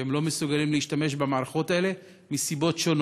שהם לא מסוגלים להשתמש במערכות האלה מסיבות שונות,